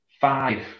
five